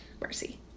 Mercy